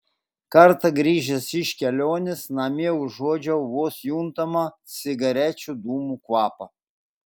kartą grįžęs iš kelionės namie užuodžiau vos juntamą cigarečių dūmų kvapą